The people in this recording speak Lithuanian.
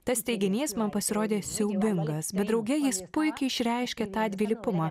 tas teiginys man pasirodė siaubingas bet drauge jis puikiai išreiškia tą dvilypumą